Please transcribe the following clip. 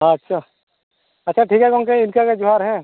ᱟᱪᱪᱷᱟ ᱟᱪᱪᱷᱟ ᱴᱷᱤᱠᱟ ᱜᱚᱢᱠᱮ ᱤᱱᱠᱟᱹ ᱜᱮ ᱡᱚᱦᱟᱨ ᱦᱮᱸ